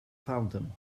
fountain